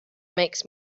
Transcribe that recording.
makes